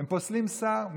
הם פוסלים שר.